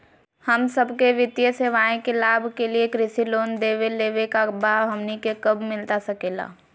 हम सबके वित्तीय सेवाएं के लाभ के लिए कृषि लोन देवे लेवे का बा, हमनी के कब मिलता सके ला?